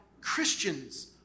Christians